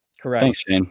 Correct